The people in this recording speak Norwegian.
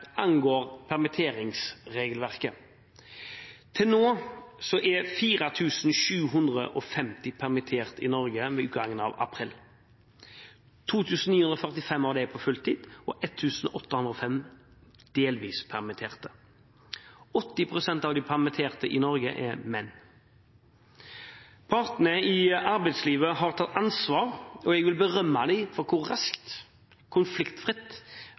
angår permitteringsregelverket. 4 750 var permitterte i Norge ved utgangen av april – 2 945 av dem på fulltid og 1 805 delvis permitterte. 80 pst. av de permitterte i Norge er menn. Partene i arbeidslivet har tatt ansvar, og jeg vil berømme dem for hvor raskt, konfliktfritt